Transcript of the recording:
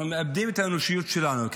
אנחנו מאבדים את האנושיות שלנו,